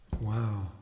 Wow